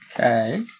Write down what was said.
Okay